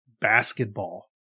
basketball